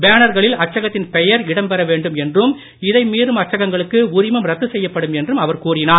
பேனர்களில் அச்சகத்தின் பெயர் இடம் பெற வேண்டும் என்றும் இதை மீறும் அச்சகங்களுக்கு உரிமம் ரத்து செய்யப்படும் என்றும் அவர் கூறினார்